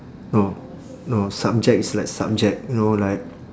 no no subjects like subject you know like